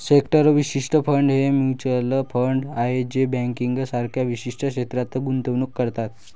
sector विशिष्ट fund हे mutual fund आहेत जे बँकिंग सारख्या विशिष्ट क्षेत्रात गुंतवणूक करतात